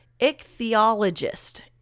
ichthyologist